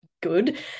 good